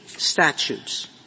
Statutes